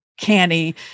canny